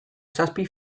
zazpi